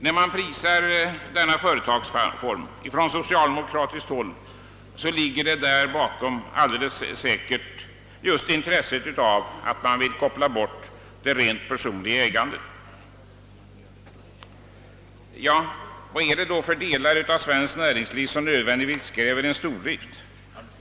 När man från socialdemokratiskt håll prisar denna företagsform ligger där bakom alldeles säkert just att man vill koppla bort det rent personliga ägandet. Vad är det då för delar av svenskt näringsliv som absolut kräver stordrift?